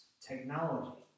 technology